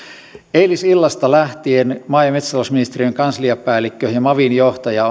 eilisillasta lähtien maa ja metsätalousministeriön kansliapäällikkö ja mavin johtaja